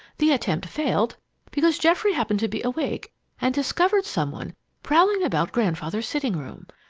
the attempt failed because geoffrey happened to be awake and discovered some one prowling about grandfather's sitting-room.